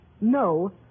No